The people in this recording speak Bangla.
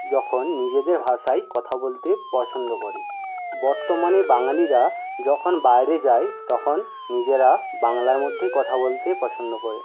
যখন নিজেদের ভাষায় কথা বলতে পছন্দ করে বর্তমানে বাঙালিরা যখন বাইরে যায় তখন নিজেরা বাংলার মধ্যেই কথা বলতে পছন্দ করে